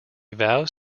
vows